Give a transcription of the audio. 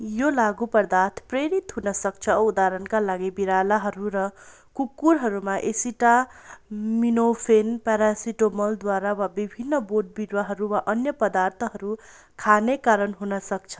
यो लागुपदार्थ प्रेरित हुनसक्छ उदाहरणका लागि बिरालाहरू र कुकुरहरूमा एसिटामिनोफेन पारासिटामोल द्वारा वा विभिन्न बोटबिरुवा वा अन्य पदार्थहरू खाने कारण हुनसक्छ